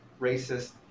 racist